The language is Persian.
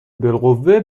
بالقوه